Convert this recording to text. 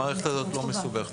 המערכת הזאת לא מסובכת.